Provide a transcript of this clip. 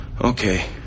Okay